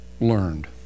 learned